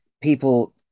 people